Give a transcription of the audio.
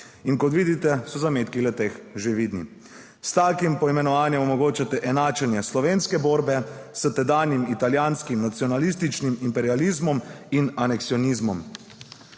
Kot vidite, so zametki le-teh že vidni. S takim poimenovanjem omogočate enačenje slovenske borbe s tedanjim italijanskim nacionalističnim imperializmom in aneksionizmom.